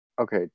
Okay